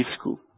school